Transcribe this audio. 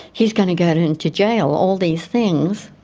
he's going to go to and to jail, all these things.